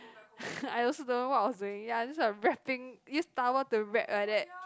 I also don't know what I was doing ya just a wrapping use towel to wrap like that